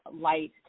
light